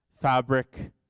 fabric